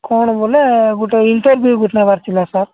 କ'ଣ ବୋଲେ ଗୋଟେ ଇଣ୍ଟରଭି୍ୟୁ ଗୋଟ ନେବାର ଥିଲା ସାର୍